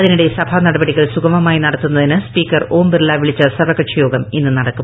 അതിനിടെ സഭാ നടപടികൾ സുഗമമായി നടത്തുന്നതിന് സ്പീക്കർ ഓം ബിർള വിളിച്ച സർവ്വകക്ഷിയോഗം ഇന്ന് നടക്കും